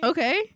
Okay